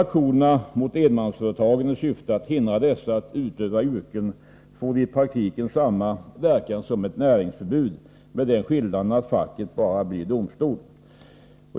Aktionerna mot enmansföretageni syfte att hindra dessa att utöva yrken får i praktiken samma verkan som ett näringsförbud. Men skillnaden är att facket blir domstol.